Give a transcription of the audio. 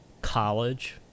college